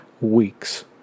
weeks